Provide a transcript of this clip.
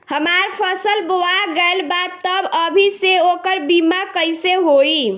हमार फसल बोवा गएल बा तब अभी से ओकर बीमा कइसे होई?